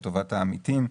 לטובת העמיתים,